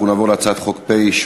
אנחנו נעבור להצעת חוק פ/866,